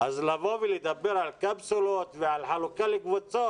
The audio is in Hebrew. לבוא ולדבר על קפסולות ועל חלוקה לקבוצות?